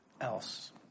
else